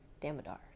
Damodar